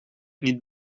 niet